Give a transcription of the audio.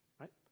right